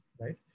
right